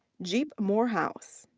jeep morehouse.